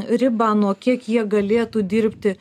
ribą nuo kiek jie galėtų dirbti